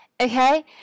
Okay